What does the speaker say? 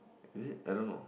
is it I don't know